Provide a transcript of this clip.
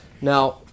Now